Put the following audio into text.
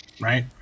Right